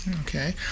Okay